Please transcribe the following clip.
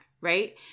right